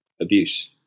abuse